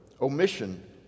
omission